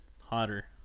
hotter